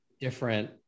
different